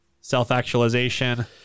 self-actualization